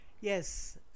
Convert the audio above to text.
Yes